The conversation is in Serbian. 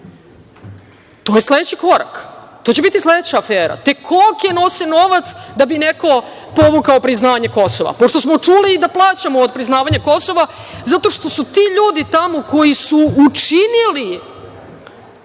To je sledeći korak. To će biti sledeća afera, gde koke nose novac da bi neko povukao priznanje Kosova, pošto smo čuli i da plaćamo otpriznavanje Kosova zato što su ti ljudi tako koji su učinili